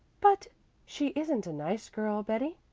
but she isn't a nice girl, betty.